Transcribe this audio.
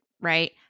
right